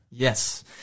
Yes